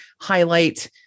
highlight